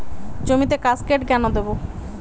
জমিতে কাসকেড কেন দেবো?